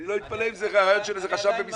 אני לא אתפלא אם זה רעיון של איזה חשב במשרד,